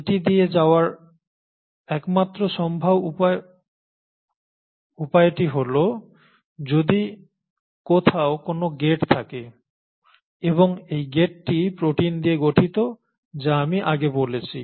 এটি দিয়ে যাওয়ার একমাত্র সম্ভাব্য উপায়টি হল যদি কোথাও কোন গেট থাকে এবং এই গেটটি প্রোটিন দিয়ে গঠিত যা আমি আগে বলেছি